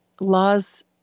laws